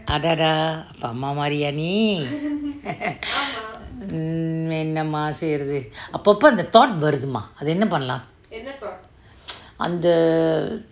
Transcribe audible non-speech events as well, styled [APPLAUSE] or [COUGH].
அடடா அம்மா மாரியா நீ:adada amma maariyaa nee [LAUGHS] mmhmm என்னமா செய்யறது அப்பப்ப அந்த:ennama seirathu appapa antha thought வருது:varuthu mah அந்த:antha